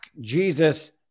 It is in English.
Jesus